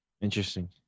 Interesting